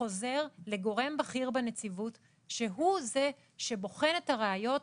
חוזר לגורם בכיר בנציבות שהוא זה שבוחן את הראיות,